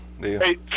Hey